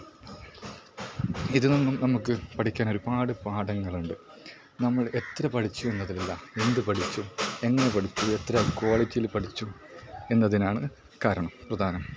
ഇതിൽ നിന്നും നമുക്ക് പഠിക്കാൻ ഒരുപാട് പാഠങ്ങളുണ്ട് നമ്മൾ എത്ര പഠിച്ചു എന്നതിലല്ല എന്ത് പഠിച്ചു എന്നതിൽ എത്ര ക്വാളിറ്റിയിൽ പഠിച്ചു എന്നതിനാണ് കാരണം പ്രധാനം